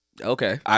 Okay